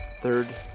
third